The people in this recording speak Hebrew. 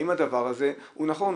האם הדבר הזה הוא נכון,